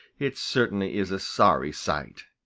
it certainly is a sorry sight.